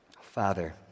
Father